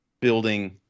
building